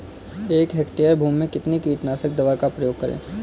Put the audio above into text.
एक हेक्टेयर भूमि में कितनी कीटनाशक दवा का प्रयोग करें?